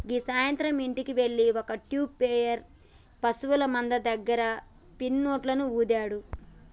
గీ సాయంత్రం ఇంటికి వెళ్తే ఒక ట్యూబ్ ప్లేయర్ పశువుల మంద దగ్గర సిన్న నోట్లను ఊదాడు